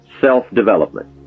Self-development